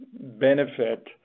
benefit